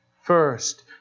first